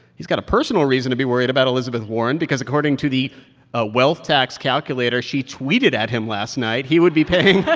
he's got a personal reason to be worried about elizabeth warren because according to the ah wealth tax calculator she tweeted at him last night, he would be paying.